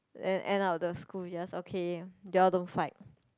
then end up the school just okay you all don't fight